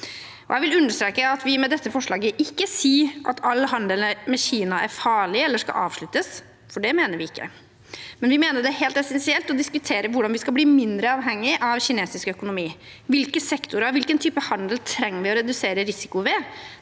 Jeg vil understreke at vi med dette forslaget ikke sier at all handel med Kina er farlig eller skal avsluttes, for det mener vi ikke, men vi mener det er helt essensielt å diskutere hvordan vi skal bli mindre avhengige av kinesisk økonomi. Hvilke sektorer og hvilken type handel trenger vi å redusere risiko ved?